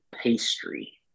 pastry